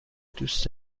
دوست